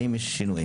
אם יש שינויים,